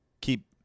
keep